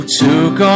took